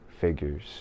figures